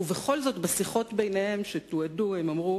ובכל זאת בשיחות ביניהם, שתועדו, הם אמרו